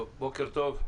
בוקר טוב,